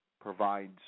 provides